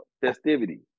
festivity